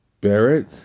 Barrett